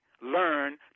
learn